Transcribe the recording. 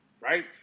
right